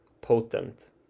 potent